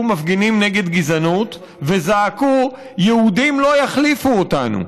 מפגינים נגד גזענות וזעקו: יהודים לא יחליפו אותנו.